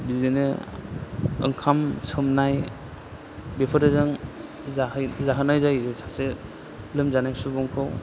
बिदिनो ओंखाम सोमनाय बेफोरजों जाहोनाय जायो सासे लोमजानाय सुबुंखौ